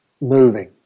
moving